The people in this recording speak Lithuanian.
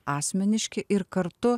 asmeniški ir kartu